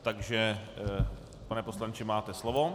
Takže pane poslanče, máte slovo.